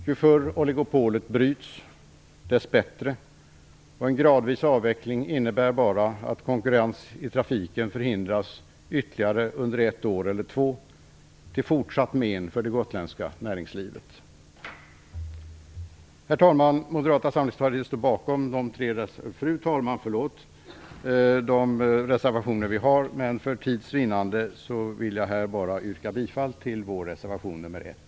Ju förr oligopolet bryts, desto bättre, och en gradvis avveckling innebär endast att konkurrens i trafiken förhindras ytterligare under ett år eller två, till fortsatt men för det gotländska näringslivet. Fru talman! Moderata samlingspartiet står givetvis bakom de tre reservationer som vi har fogat till betänkandet, men för tids vinnande, vill jag yrka bifall endast till vår reservation 1.